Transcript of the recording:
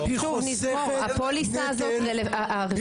את לא תגידי לי אם לא לשאול את השאלות, בסדר?